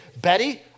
Betty